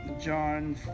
John